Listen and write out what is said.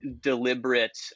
deliberate